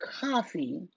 coffee